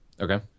Okay